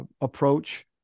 approach